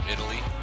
Italy